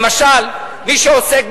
למשל, מי שעוסק בים-המלח,